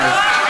היושבת-ראש,